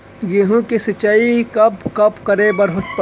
गेहूँ के सिंचाई कब कब करे बर पड़थे?